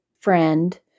friend